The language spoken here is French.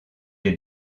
les